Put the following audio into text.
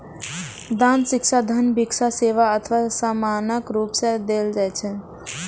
दान शिक्षा, धन, भिक्षा, सेवा अथवा सामानक रूप मे देल जाइ छै